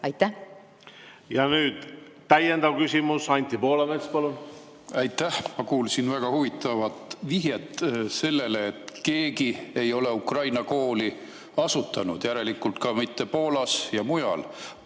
palun! Ja nüüd täiendav küsimus. Anti Poolamets, palun! Aitäh! Ma kuulsin väga huvitavat vihjet sellele, et mitte keegi ei ole ukraina kooli asutanud, järelikult ka mitte Poola. Ma täpselt